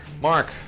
Mark